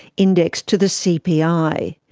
indexed to the cpi.